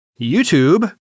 YouTube